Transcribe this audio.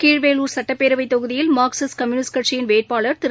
கீழ்வேளுர் சட்டப்பேரவை தொகுதியில் Marxist communist கட்சியின் வேட்பாளர் திரு